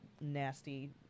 nasty